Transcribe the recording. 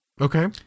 okay